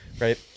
right